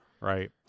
right